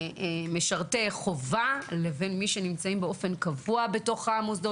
משרתי חובה לבין מי שנמצאים באופן קבוע בתוך המוסדות.